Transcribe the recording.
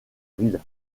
ville